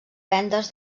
vendes